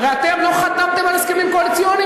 הרי אתם לא חתמתם על הסכמים קואליציוניים.